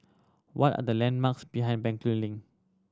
what are the landmarks behind Bencoolen Link